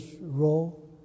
role